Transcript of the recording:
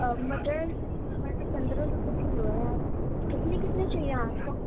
اور مٹر مٹر پندرہ روپیے کلو ہے کتنے کتنے چاہیے آپ کو